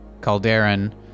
Calderon